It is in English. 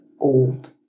old